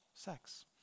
sex